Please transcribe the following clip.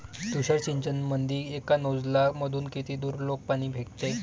तुषार सिंचनमंदी एका नोजल मधून किती दुरलोक पाणी फेकते?